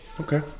Okay